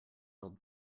old